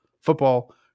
football